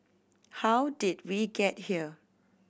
how did we get here